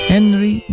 Henry